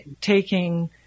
taking